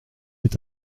est